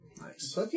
Nice